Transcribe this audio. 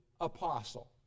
apostle